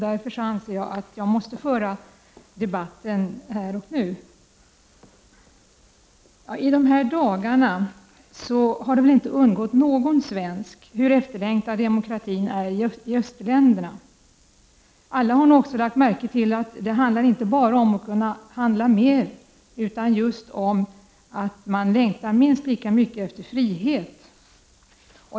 Därför anser jag att jag måste föra debatten här och nu. I dessa dagar har det väl inte undgått någon svensk hur efterlängtad demokratin är i östländerna. Alla har nog också lagt märke till att det inte bara är fråga om att kunna handla mer. Man längtar minst lika mycket efter frihet.